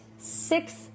six